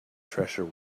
treasure